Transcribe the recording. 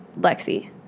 Lexi